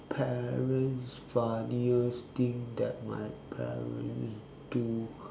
parents funniest thing that my parents do